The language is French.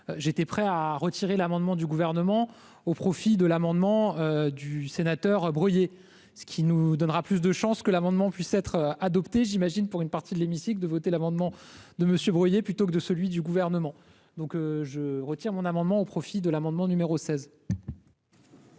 j'étais prêt à retirer l'amendement du gouvernement au profit de l'amendement du sénateur brouillé, ce qui nous donnera plus de chances que l'amendement puisse être adopté, j'imagine, pour une partie de l'hémicycle de voter l'amendement de Monsieur Bruillet, plutôt que de celui du gouvernement, donc je retire mon amendement au profit de l'amendement numéro 16.